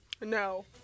No